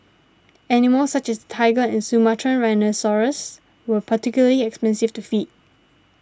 animals such as tiger and Sumatran rhinoceros were particularly expensive to feed